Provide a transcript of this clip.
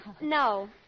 No